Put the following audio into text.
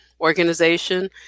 organization